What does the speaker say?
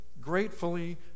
gratefully